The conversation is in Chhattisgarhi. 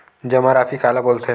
जमा राशि काला बोलथे?